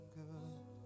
good